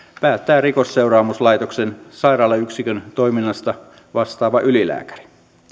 päättää rikosseuraamuslaitoksen sairaalayksikön toiminnasta vastaava ylilääkäri